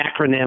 acronym